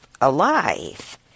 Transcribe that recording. alive